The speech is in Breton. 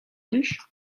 plij